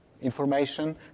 information